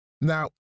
Now